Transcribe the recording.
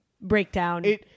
breakdown